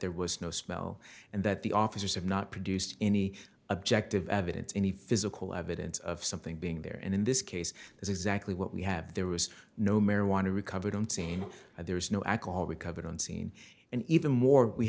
there was no smell and that the officers have not produced any objective evidence any physical evidence of something being there and in this case is exactly what we have there was no marijuana recovered on scene there is no alcohol recovered on scene and even more we